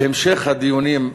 בהמשך הדיונים,